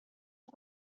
son